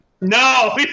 No